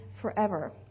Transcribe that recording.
forever